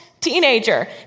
teenager